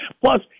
Plus